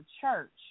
church